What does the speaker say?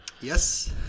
Yes